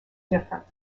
different